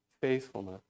faithfulness